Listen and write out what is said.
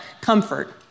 comfort